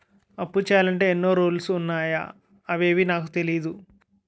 అప్పు చెయ్యాలంటే ఎన్నో రూల్స్ ఉన్నాయా అవేవీ నాకు తెలీదే